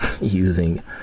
using